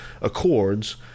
accords